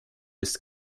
ist